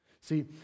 See